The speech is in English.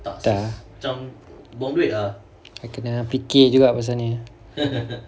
I kena fikir juga pasal ni